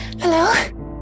hello